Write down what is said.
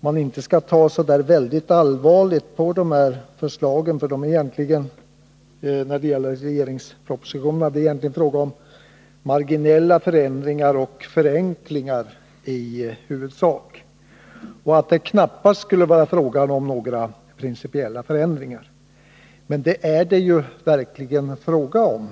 man inte skall ta så väldigt allvarligt på förslagen i regeringens proposition. Han menar att det i huvudsak är fråga om marginella förändringar och förenklingar och att det knappast skulle vara fråga om några principiella förändringar. Men det är det verkligen fråga om.